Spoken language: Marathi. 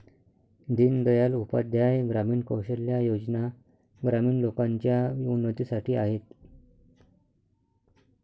दीन दयाल उपाध्याय ग्रामीण कौशल्या योजना ग्रामीण लोकांच्या उन्नतीसाठी आहेत